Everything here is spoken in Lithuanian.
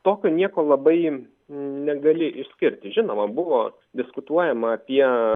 tokio nieko labai negali išskirti žinoma buvo diskutuojama apie